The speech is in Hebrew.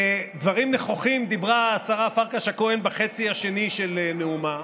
דברים נכוחים דיברה השרה פרקש הכהן בחצי השני של נאומה.